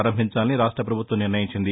ప్రపారంభించాలని రాష్ట ప్రభుత్వం నిర్ణయించింది